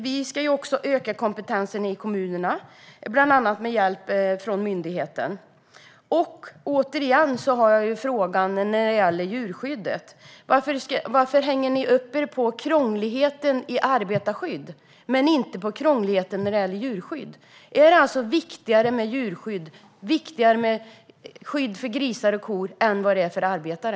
Vi ska öka kompetensen i kommunerna, bland annat med hjälp från myndigheten. Återigen ställer jag min fråga när det gäller djurskyddet: Varför hänger ni upp er på krångligheten i arbetarskydd men inte på krångligheten när det gäller djurskydd? Är det alltså viktigare med djurskydd - skydd för grisar och kor - än med skydd för arbetare?